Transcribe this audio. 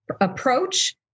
approach